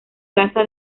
plaza